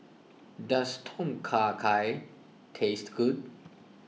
does Tom Kha Gai taste good